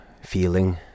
feeling